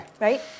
right